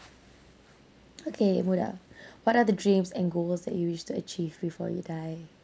okay moda what are the dreams and goals that you wish to achieve before you die